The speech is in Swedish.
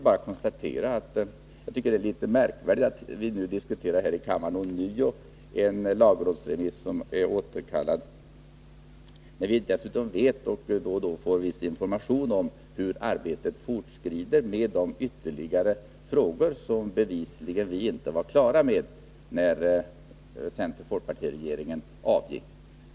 Jag tycker det är litet märkligt att vi här i kammaren nu ånyo diskuterar en lagrådsremiss som är återkallad, när vi samtidigt får viss information om hur arbetet fortskrider med de ytterligare frågor som vi bevisligen inte var klara med när centeroch folkpartiregeringen avgick.